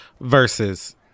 versus